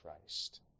Christ